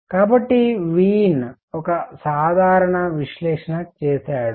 కాబట్టి వీన్ ఒక సాధారణ విశ్లేషణ చేసాడు